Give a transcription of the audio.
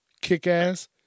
Kick-ass